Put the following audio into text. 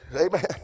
Amen